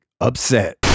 upset